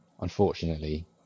Unfortunately